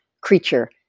creature